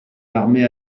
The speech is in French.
l’armée